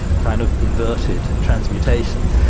kind of inverted transmutation,